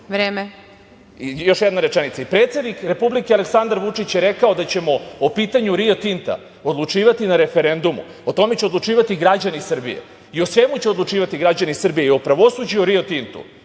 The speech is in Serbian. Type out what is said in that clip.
Vreme.)Još jedna rečenica. Predsednik Republike Aleksandar Vučić je rekao da ćemo o pitanju „Rio Tinta“ odlučivati na referendumu. O tome će odlučivati građani Srbije i o svemu će odlučivati građani Srbije, i o pravosuđu i o „Rio Tintu“,